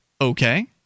Okay